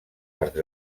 arcs